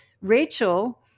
Rachel